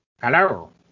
Hello